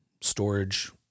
storage